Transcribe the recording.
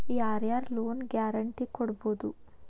ಯಾರ್ ಯಾರ್ loan guarantee ಕೊಡ್ಬೊದು?